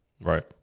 Right